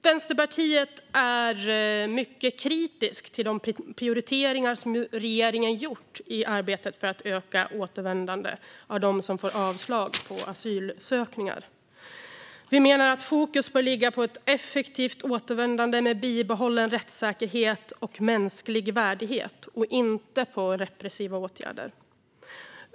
Vänsterpartiet är mycket kritiskt till de prioriteringar som regeringen har gjort i arbetet för att öka återvändandet av dem som får avslag på asylansökningar. Vi menar att fokus bör ligga på ett effektivt återvändande med bibehållen rättssäkerhet och mänsklig värdighet och inte på repressiva åtgärder.